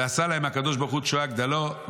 ועשה להם הקדוש ברוך הוא תשועה גדולה,